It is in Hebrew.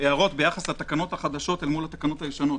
ההערות ביחס לתקנות החדשות מול הישנות.